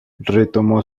retomó